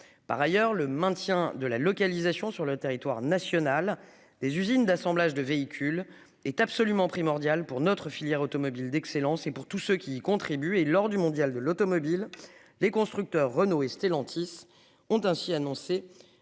Par ailleurs, le maintien de la localisation sur le territoire national. Les usines d'assemblage de véhicules est absolument primordial pour notre filière automobile d'excellence et pour tout ce qui contribue, et lors du Mondial de l'automobile les constructeurs Renault et Stellantis ont ainsi annoncé